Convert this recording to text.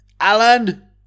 Alan